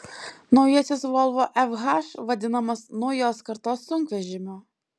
naujasis volvo fh vadinamas naujos kartos sunkvežimiu